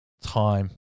time